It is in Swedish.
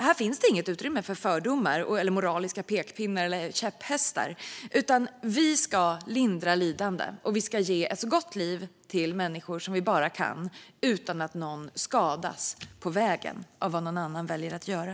Här finns det inget utrymme för fördomar, moraliska pekpinnar eller käpphästar, utan vi ska lindra lidande och ge människor ett så gott liv som vi bara kan utan att någon skadas på vägen av vad någon annan väljer att göra.